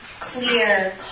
clear